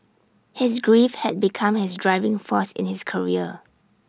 his grief had become his driving force in his career